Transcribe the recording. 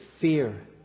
fear